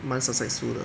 蛮 successful 的